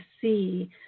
see